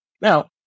Now